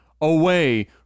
away